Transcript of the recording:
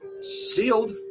Sealed